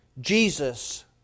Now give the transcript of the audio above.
Jesus